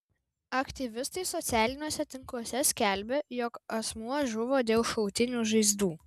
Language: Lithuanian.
aktyvistai socialiniuose tinkluose skelbia jog asmuo žuvo dėl šautinių žaizdų